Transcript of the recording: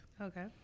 Okay